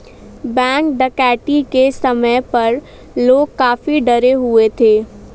bank डकैती के समय पर लोग काफी डरे हुए थे